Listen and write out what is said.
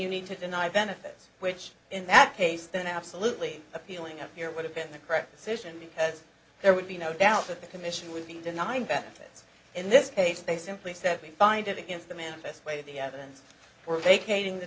you need to deny benefits which in that case then absolutely appealing up here would have been the correct decision because there would be no doubt that the commission would be denying benefits in this case they simply said we find it against the manifest way the evidence we're vacating the